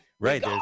right